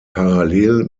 parallel